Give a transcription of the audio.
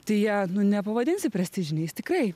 tai jie nepavadinsi prestižiniais tikrai